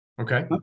Okay